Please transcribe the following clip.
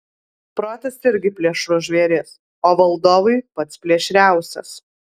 protas irgi plėšrus žvėris o valdovui pats plėšriausias